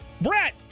Brett